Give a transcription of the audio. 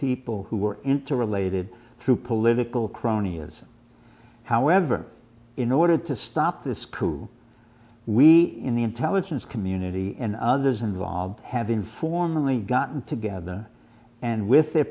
people who were interrelated through political cronyism however in order to stop this coup we in the intelligence community and others involved have been formally gotten together and with their